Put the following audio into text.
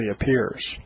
appears